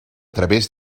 través